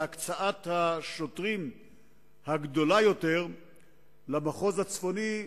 להקצאת השוטרים הגדולה יותר למחוז הצפוני,